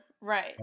right